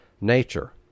nature